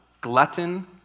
glutton